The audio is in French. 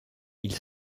ils